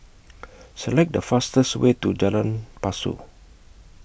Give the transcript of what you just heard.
Select The fastest Way to Lorong Pasu